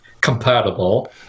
compatible